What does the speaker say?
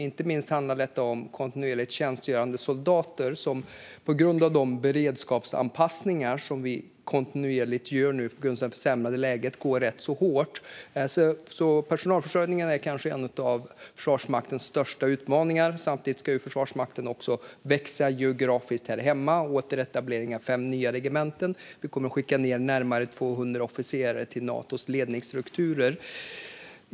Inte minst handlar det om kontinuerligt tjänstgörande soldater som går rätt hårt på grund av de beredskapsanpassningar som vi kontinuerligt gör mot bakgrund av det försämrade läget. Personalförsörjningen är en av Försvarsmaktens största utmaningar. Samtidigt ska Försvarsmakten också växa geografiskt här hemma, med återetablering av fem nya regementen. Vi kommer också att skicka närmare 200 officerare till Natos ledningsstrukturer.